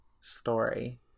story